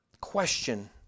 question